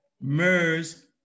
MERS